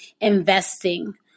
investing